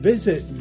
Visit